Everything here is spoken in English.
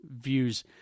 views